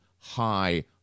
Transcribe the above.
high